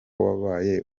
wabaye